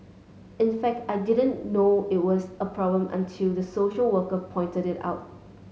in fact I didn't know it was a problem until the social worker pointed it out